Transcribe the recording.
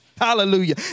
Hallelujah